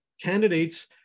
candidates